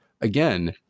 again